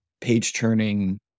page-turning